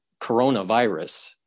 coronavirus